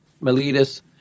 Miletus